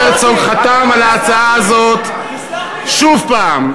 בכנסת התשע-עשרה חבר הכנסת הרצוג חתם על ההצעה הזאת שוב פעם,